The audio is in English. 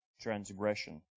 transgression